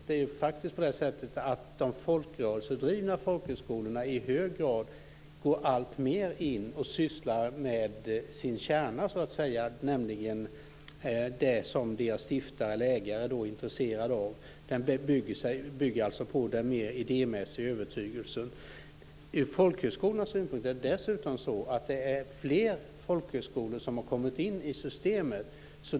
Det är faktiskt på det sättet att de folkrörelsedrivna folkhögskolorna i allt högre grad sysslar med sin kärna, nämligen det som deras ägare är intresserad av. De bygger alltså på den mer idémässiga övertygelsen. Det är dessutom fler folkhögskolor som har kommit in i systemet.